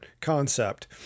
concept